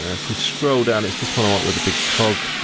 ah if we scroll down, it's this one i want with the big cog,